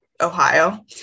ohio